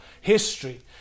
history